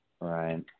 Right